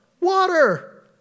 Water